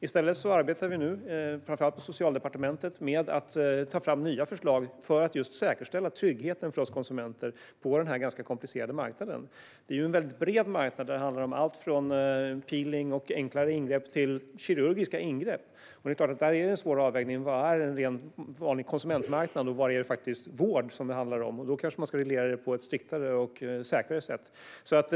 I stället arbetar vi nu, framför allt på Socialdepartementet, med att ta fram nya förslag för att just säkerställa tryggheten för oss konsumenter på denna ganska komplicerade marknad. Det är en mycket bred marknad, där det handlar om allt från peeling och enklare ingrepp till kirurgiska ingrepp. Det är klart att det då är en svår avvägning av när det handlar om en vanlig konsumentmarknad och när det handlar om vård, då man kanske ska reglera den på ett striktare och säkrare sätt.